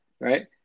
right